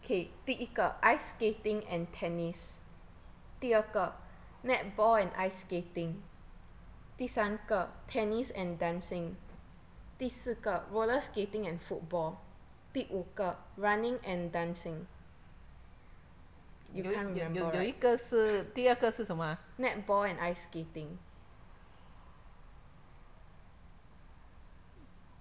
有有有有一个是第二个是什么啊